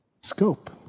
scope